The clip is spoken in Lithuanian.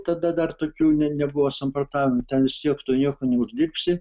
tada dar tokių ne nebuvo samprotavimų ten vis tiek tu nieko neuždirbsi